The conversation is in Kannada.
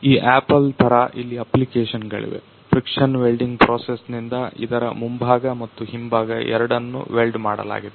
ಈ ಆಪಲ್ ತರಾ ಇಲ್ಲಿ ಅಪ್ಲಿಕೇಶನ್ಗಳಿವೆ ಫ್ರಿಕ್ಷನ್ ವೆಲ್ಡಿಂಗ್ ಪ್ರೊಸೆಸ್ನಿಂದ ಇದರ ಮುಂಬಾಗ ಮತ್ತು ಹಿಂಬಾಗ ಎರಡನ್ನ ವೆಲ್ಡ್ ಮಾಡಲಾಗಿದೆ